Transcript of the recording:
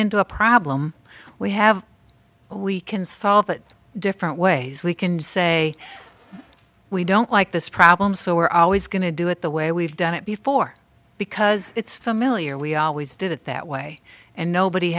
into a problem we have we can solve it different ways we can say we don't like this problem so we're always going to do it the way we've done it before because it's familiar we always did it that way and nobody